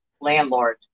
landlord